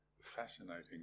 fascinating